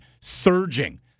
surging